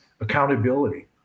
accountability